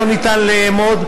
לא ניתן לאמוד,